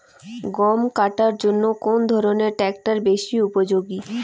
গম কাটার জন্য কোন ধরণের ট্রাক্টর বেশি উপযোগী?